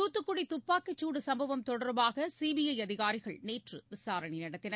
துத்துக்குடி தப்பாக்கிச் சூடு சம்பவம் தொடர்பாக சி பி ஐ அதிகாரிகள் நேற்று விசாரணை நடத்தின்